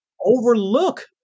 overlook